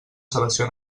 selecció